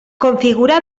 configura